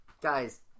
Guys